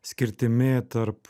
skirtimi tarp